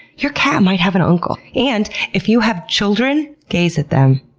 your cat might have an uncle. and if you have children gaze at them.